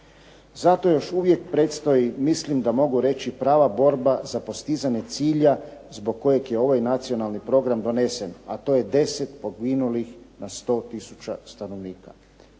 Zato još uvijek predstoji, mislim da mogu reći, prava borba za postizanje cilja zbog kojeg je ovaj nacionalni program donesen, a to je 10 poginulih na 100 tisuća stanovnika.